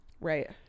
Right